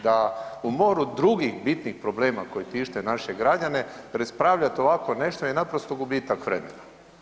Da u moru drugih bitnih problema koji tiše naše građane raspravljat ovako nešto je naprosto gubitak vremena.